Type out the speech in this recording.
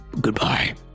Goodbye